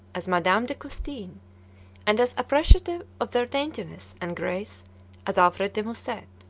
as madame de custine and as appreciative of their daintiness and grace as alfred de musset.